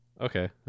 Okay